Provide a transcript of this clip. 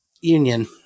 union